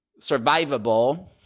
survivable